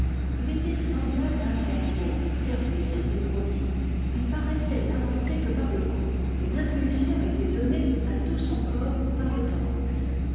il était semblable à un perdreau servi sur une rôtie il paraissait n'avancer que par le cou et l'impulsion était donnée à tout son corps par le thorax